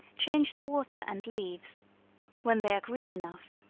change the water and leaves when they are green enough,